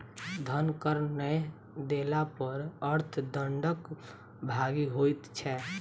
धन कर नै देला पर अर्थ दंडक भागी होइत छै